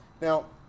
Now